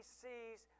sees